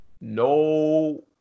no